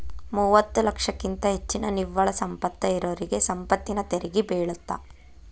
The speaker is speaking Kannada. ಮೂವತ್ತ ಲಕ್ಷಕ್ಕಿಂತ ಹೆಚ್ಚಿನ ನಿವ್ವಳ ಸಂಪತ್ತ ಇರೋರಿಗಿ ಸಂಪತ್ತಿನ ತೆರಿಗಿ ಬೇಳತ್ತ